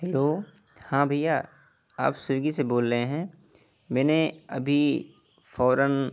hello ہاں بھیا آپ سویگی سے بول رہے ہیں میں نے ابھی فوراً